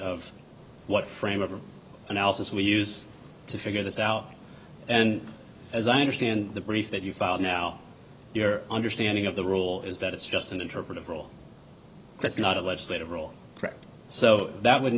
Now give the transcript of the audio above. of what frame of analysis we use to figure this out and as i understand the brief that you filed now your understanding of the rule is that it's just an interpretive rule that's not a legislative rule so that would